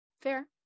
fair